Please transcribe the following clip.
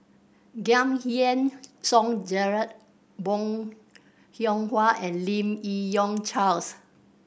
Giam Yean Song Gerald Bong Hiong Hwa and Lim Yi Yong Charles